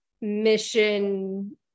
mission